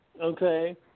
okay